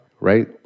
right